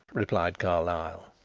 replied carlyle.